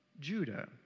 Judah